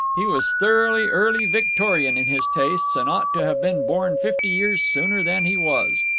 he was thoroughly early victorian in his tastes, and ought to have been born fifty years sooner than he was.